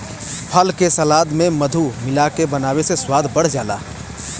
फल के सलाद में मधु मिलाके बनावे से स्वाद बढ़ जाला